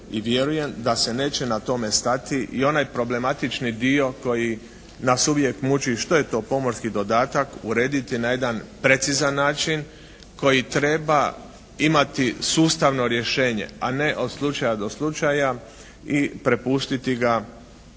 i vjerujem da se neće na tome stati. I onaj problematični dio koji nas uvijek muči što je to pomorski dodatak urediti na jedan precizan način koji treba imati sustavno rješenje, a ne od slučaja do slučaja i prepustiti ga da